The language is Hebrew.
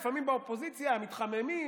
לפעמים באופוזיציה מתחממים,